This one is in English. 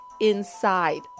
inside